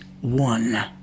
one